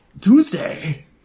Tuesday